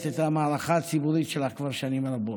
את המערכה הציבורית שלך כבר שנים רבות.